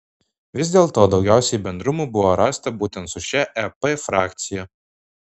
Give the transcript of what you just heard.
vis dėlto daugiausiai bendrumų buvo rasta būtent su šia ep frakcija